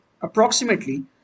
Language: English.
approximately